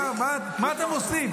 מה אתם עושים?